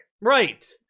right